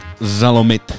zalomit